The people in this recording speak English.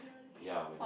ya